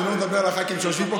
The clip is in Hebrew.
אני לא מדבר אל הח"כים שיושבים פה,